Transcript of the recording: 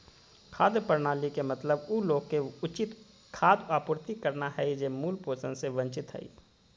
खाद्य प्रणाली के मतलब उ लोग के उचित खाद्य आपूर्ति करना हइ जे मूल पोषण से वंचित हइ